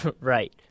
Right